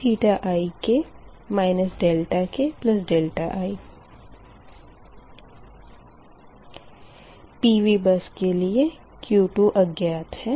sin ik ki PV bus के लिए Q2 अज्ञात है